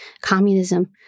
communism